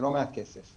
זה לא מעט כסף.